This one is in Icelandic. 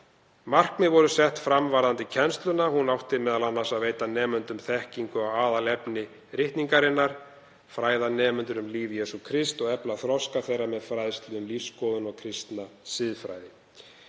Markmið voru sett fram varðandi kennsluna, hún átti m.a. að veita nemendum þekkingu á aðalefni ritningarinnar, fræða nemendur um líf Jesú Krists og efla þroska þeirra með fræðslu um lífsskoðun og kristna siðfræði.